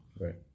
Right